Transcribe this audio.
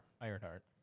Ironheart